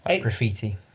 Graffiti